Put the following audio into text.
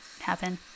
happen